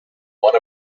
one